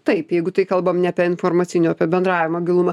taip jeigu tai kalbam ne apie informacinių apie bendravimą gilumą